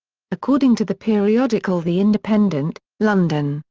according to the periodical the independent london,